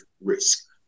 risk